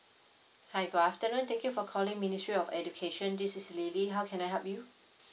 hi good afternoon thank you for calling ministry of education this is L I L Y how can I help you